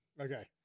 Okay